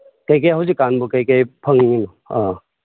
ꯀꯩꯀꯩ ꯍꯧꯖꯤꯛꯀꯥꯟꯕꯨ ꯀꯩꯀꯩ ꯐꯪꯉꯤꯅꯣ ꯑꯥ